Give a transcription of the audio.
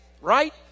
right